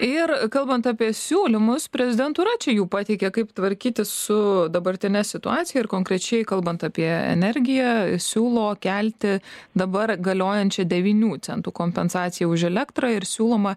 ir kalbant apie siūlymus prezidentūra čia jau pateikė kaip tvarkytis su dabartine situacija ir konkrečiai kalbant apie energiją siūlo kelti dabar galiojančią devynių centų kompensaciją už elektrą ir siūloma